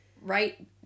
Right